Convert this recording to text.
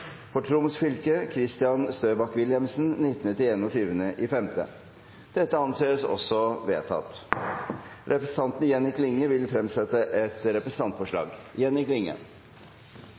For Troms fylke: Kristian Støback Wilhelmsen 19.–21. mai Representanten Jenny Klinge vil fremsette et representantforslag.